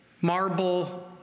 marble